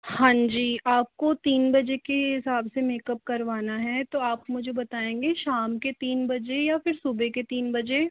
हाँ जी आपको तीन बजे के हिसाब से मेकअप करवाना है तो आप मुझे बताएंगे शाम के तीन बजे या सुबह के तीन बजे